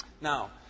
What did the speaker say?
Now